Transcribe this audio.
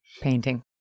painting